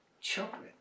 children